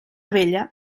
vella